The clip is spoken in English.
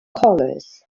colors